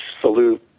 salute